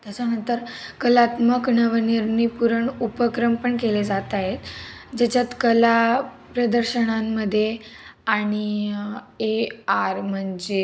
त्याच्यानंतर कलात्मक णवनिर्नीपुरण उपक्रम पण केले जात आहेत ज्याच्यात कला प्रदर्शनांमध्ये आणि ए आर म्हणजे